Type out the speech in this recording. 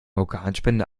organspende